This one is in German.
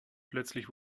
plötzlich